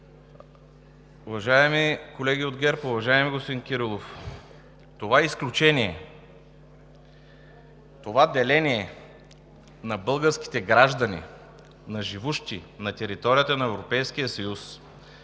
Уважаеми колеги от ГЕРБ, уважаеми господин Кирилов! Това изключение, това деление на българските граждани на живущи на територията на Европейския съюз